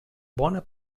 bona